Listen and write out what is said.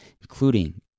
including